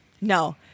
no